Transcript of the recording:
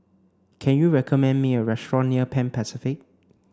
can you recommend me a restaurant near Pan Pacific